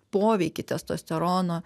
poveikį testosterono